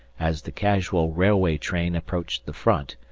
as the casual railway train approached the front,